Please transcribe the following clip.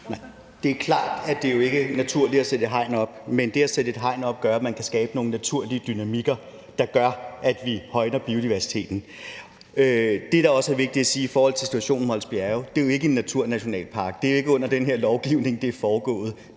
Det er klart, at det jo ikke er naturligt at sætte et hegn op. Men det at sætte et hegn op gør, at man kan skabe nogle naturlige dynamikker, der gør, at vi højner biodiversiteten. Det, der også er vigtigt at sige i forhold til situationen i Mols Bjerge, er, at det jo ikke er en naturnationalpark. Det er ikke under den her lovgivning, at det er foregået.